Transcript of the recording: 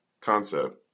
concept